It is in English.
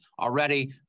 already